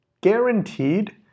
Guaranteed